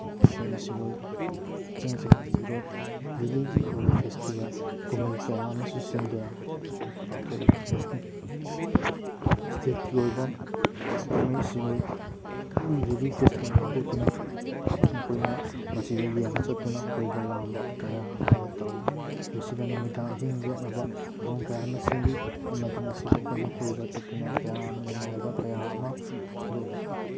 ꯑꯩꯈꯣꯏꯅ ꯁꯤꯔꯣꯏ ꯆꯤꯡꯁꯤꯗ ꯁꯤꯔꯣꯏ ꯂꯤꯂꯤꯒꯤ ꯑꯣꯏꯕ ꯐꯦꯁꯇꯤꯚꯦꯜ ꯀꯨꯝꯍꯩ ꯀꯌꯥ ꯑꯃꯁꯨ ꯁꯤꯟꯗꯨꯅ ꯄꯥꯡꯊꯣꯛꯏ ꯏꯁꯇꯦꯠꯀꯤ ꯑꯣꯏꯕ ꯀꯨꯝꯍꯩ ꯁꯤꯔꯣꯏ ꯂꯤꯂꯤ ꯐꯦꯁꯇꯤꯚꯦꯜ ꯄꯥꯡꯊꯣꯛꯇꯨꯅ ꯑꯩꯈꯣꯏꯅ ꯃꯁꯤꯗ ꯌꯦꯡꯕ ꯆꯠꯇꯨꯅ ꯀꯣꯏꯕ ꯂꯥꯡꯕ ꯀꯌꯥ ꯑꯃ ꯇꯧꯋꯤ ꯃꯁꯤꯗ ꯅꯨꯃꯤꯗꯥꯡ ꯑꯍꯤꯡ ꯂꯦꯛꯅꯕ ꯀꯌꯥ ꯑꯃ ꯁꯤꯜꯂꯤ ꯑꯃꯗꯤ ꯃꯁꯤꯕꯨ ꯑꯩꯈꯣꯏꯅ ꯀꯣꯏꯕ ꯆꯠꯇꯨꯅ ꯀꯌꯥ ꯑꯃ ꯅꯨꯡꯉꯥꯏꯕ ꯀꯌꯥ ꯑꯃ ꯐꯣꯡꯗꯣꯛꯂꯤ